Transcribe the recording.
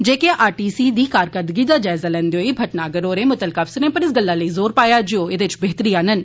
जे K RTC दी कारकरदगी दा जायजा लैंदे होई मट्टनागर होरें मुत्तलका अफसरें उप्पर इस गल्ला लेई जोर पाया जे ओह् एह्दे च बेह्तरी आनन